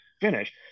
finish